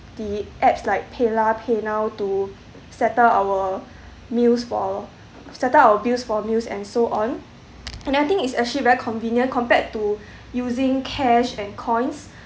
the apps like paylah paynow to settle our meals for our settle our bills for meals and so on and I think it's actually very convenient compared to using cash and coins